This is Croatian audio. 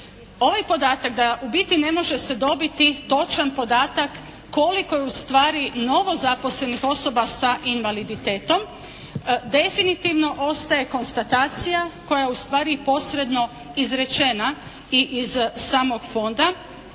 Ovaj podatak da u biti se ne može dobiti točan podatak koliko je u stvari novo zaposlenih osoba sa invaliditetom definitivno ostaje konstatacija koja je u stvari i posredno izrečena i iz samog fonda,